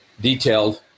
detailed